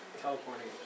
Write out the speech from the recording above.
Teleporting